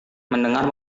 mendengar